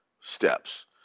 steps